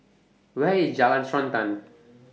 Where IS Jalan Srantan